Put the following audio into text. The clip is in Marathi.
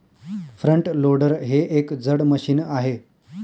फ्रंट लोडर हे एक जड मशीन आहे